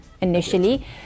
initially